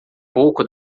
pouco